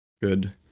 good